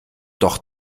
doch